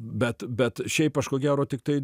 bet bet šiaip aš ko gero tiktai